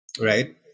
right